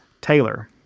Taylor